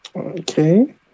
Okay